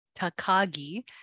Takagi